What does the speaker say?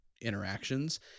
interactions